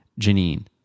Janine